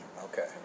Okay